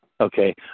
Okay